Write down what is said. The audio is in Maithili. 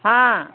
हँ